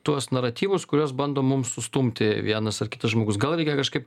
tuos naratyvus kuriuos bando mums sustumti vienas ar kitas žmogus gal reikia kažkaip